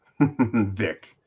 Vic